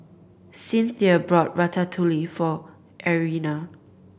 Cinthia bought Ratatouille for Irena